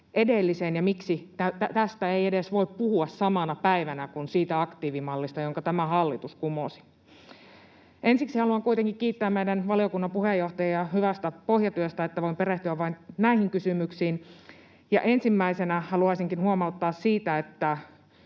edelliseen ja miksi tästä ei edes voi puhua samana päivänä kuin siitä aktiivimallista, jonka tämä hallitus kumosi. Ensiksi haluan kuitenkin kiittää meidän valiokunnan puheenjohtajaa hyvästä pohjatyöstä, että voin perehtyä vain näihin kysymyksiin. Ensimmäisenä haluaisinkin huomauttaa siitä, että